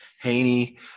Haney